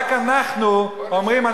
רק אנחנו אומרים,